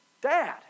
dad